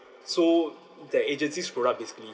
so the agency screwed up basically